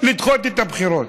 לדחות את הבחירות.